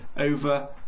over